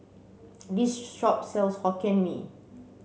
this shop sells Hokkien Mee